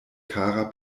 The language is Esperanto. kara